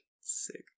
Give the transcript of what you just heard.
Sick